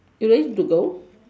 you ready to go